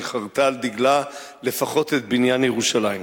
שחרתה על דגלה לפחות את בניין ירושלים.